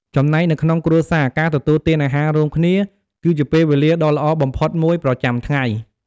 ចំណែកនៅក្នុងគ្រួសារ ការទទួលទានអាហាររួមគ្នា គឺជា ពេលវេលាដ៏ល្អបំផុតមួយ ប្រចាំថ្ងៃ។